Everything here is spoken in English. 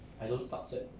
I don't subset